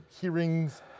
hearings